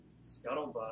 scuttlebutt